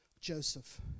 Joseph